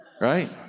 right